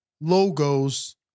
logos